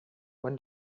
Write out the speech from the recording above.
when